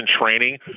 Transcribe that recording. training